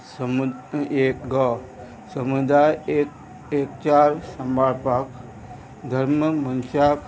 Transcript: समुद एक गो समुदाय एक एक चार सांबाळपाक धर्म मनशाक